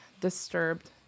Disturbed